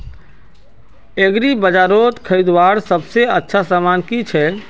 एग्रीबाजारोत खरीदवार सबसे अच्छा सामान की छे?